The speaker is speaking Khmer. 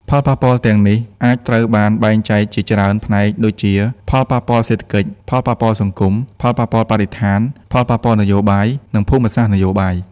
ផលប៉ះពាល់ទាំងនេះអាចត្រូវបានបែងចែកជាច្រើនផ្នែកដូចជា ផលប៉ះពាល់សេដ្ឋកិច្ច ផលប៉ះពាល់សង្គម ផលប៉ះពាល់បរិស្ថាន ផលប៉ះពាល់នយោបាយ និងភូមិសាស្ត្រនយោបាយ។